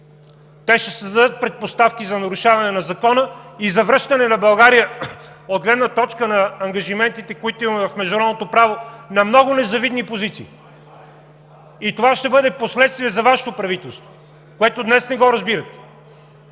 те ще създадат предпоставки за нарушаване на закона и за връщане на България от гледна точка на ангажиментите, които имаме в международното право на много незавидни позиции. И това ще бъде последствие за Вашето правителство, което днес не разбирате.